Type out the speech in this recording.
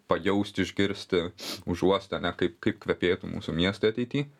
pajaust išgirsti užuost ane kaip kaip kvepėtų mūsų miestai ateity